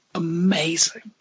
amazing